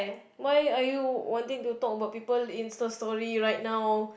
why are you wanting to talk about people instastory right now